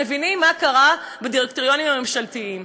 או שהוא פגע בביטחון מדינת ישראל והאדם מחליט לא להגיע,